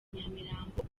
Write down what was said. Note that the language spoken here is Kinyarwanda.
nyamirambo